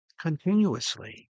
continuously